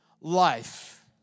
life